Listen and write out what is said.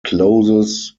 closes